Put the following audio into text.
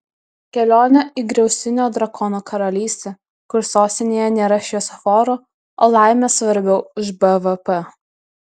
kelionė į griaustinio drakono karalystę kur sostinėje nėra šviesoforų o laimė svarbiau už bvp